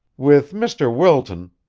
with mr. wilton,